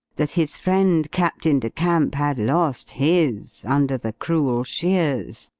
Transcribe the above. that his friend captain de camp had lost his, under the cruel shears,